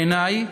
בעיני,